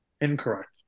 Incorrect